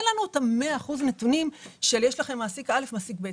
אין לנו את מאה אחוזי הנתונים שיש לנו ממעסיק א' וממעסיק ב'.